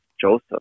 Joseph